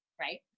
right